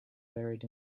buried